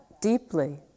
deeply